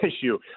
issue